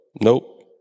Nope